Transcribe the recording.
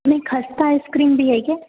नहीं खस्ता आइसक्रीम भी है क्या